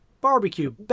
Barbecue